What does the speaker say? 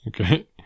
Okay